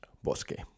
bosque